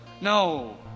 No